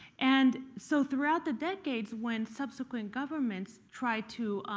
and so throughout the decades, when subsequent governments tried to